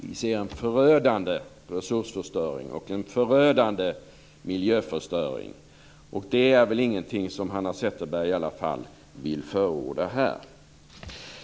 Vi ser en förödande resursförstöring och en förödande miljöförstöring. Det är väl i alla fall ingenting som Hanna Zetterberg vill förorda här?